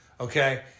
Okay